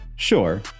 Sure